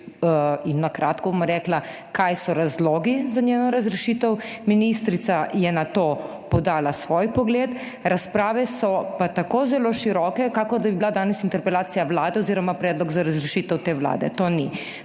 in na kratko, bom rekla, kaj so razlogi za njeno razrešitev. Ministrica je nato podala svoj pogled. Razprave so pa tako zelo široke kakor, da bi bila danes interpelacija Vlade oziroma predlog za razrešitev te Vlade, to ni.